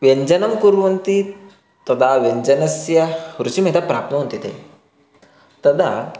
व्यञ्जनं कुर्वन्ति तदा व्यञ्जनस्य रुचिं यदा प्राप्नुवन्ति ते तदा